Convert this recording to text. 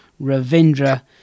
Ravindra